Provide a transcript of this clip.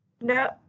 no